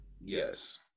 Yes